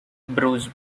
brews